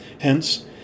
Hence